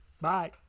Bye